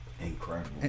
Incredible